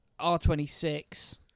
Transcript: R26